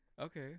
okay